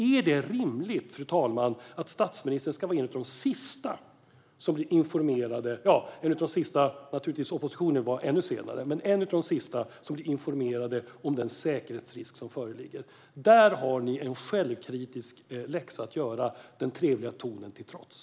Är det rimligt, fru talman, att statsministern ska vara en av de sista - oppositionen var naturligtvis ännu senare - som blir informerade om den säkerhetsrisk som föreligger? Där har ni en självkritisk läxa att göra, den trevliga tonen till trots.